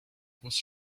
was